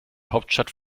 hauptstadt